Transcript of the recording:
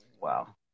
wow